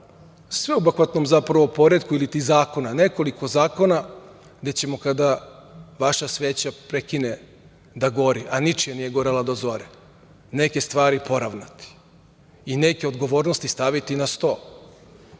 sveobuhvatnom, zapravo, poretku ili ti nekoliko zakona gde ćemo kada vaša sveća prekine da gori, a ničija nije gorela do zore, neke stvari poravnati i neke odgovornosti staviti na sto